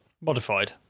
modified